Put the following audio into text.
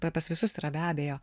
pa pas visus yra be abejo